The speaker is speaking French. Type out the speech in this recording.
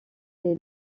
est